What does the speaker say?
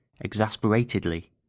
exasperatedly